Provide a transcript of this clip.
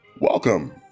Welcome